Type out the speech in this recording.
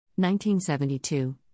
1972